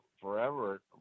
forever